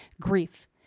Grief